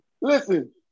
Listen